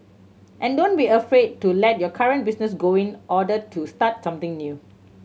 and don't be afraid to let your current business go in order to start something new